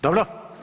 Dobro?